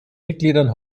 mitgliedern